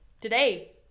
today